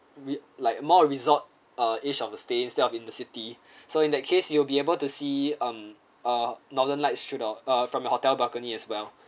with like more a resort uh edge of the stay instead of in the city so in that case you will be able to see um uh northern lights straight uh from your hotel balcony as well